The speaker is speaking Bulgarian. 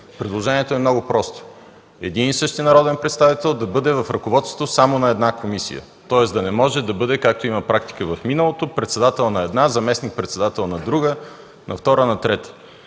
Предложението е много просто: един и същи народен представител да бъде в ръководството само на една комисия, тоест да не може да бъде, както на практика в миналото, председател на една, заместник-председател на друга, на втора, на трета.